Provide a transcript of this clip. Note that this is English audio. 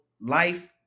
life